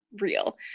real